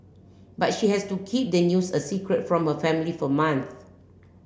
but she has to keep the news a secret from her family for month